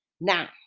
Now